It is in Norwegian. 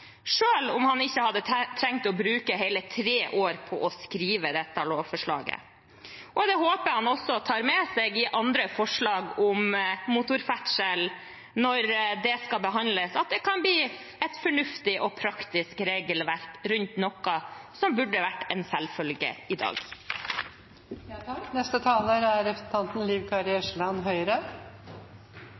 om han ikke hadde trengt å bruke hele tre år på å skrive lovforslaget. Det håper jeg han også tar med seg når det gjelder andre forslag om motorferdsel, når det skal behandles, at det kan bli et fornuftig og praktisk regelverk rundt noe som burde vært en selvfølge i